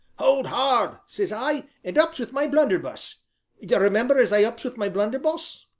hold hard says i, and ups with my blunderbuss you remember as i ups with my blunderbuss?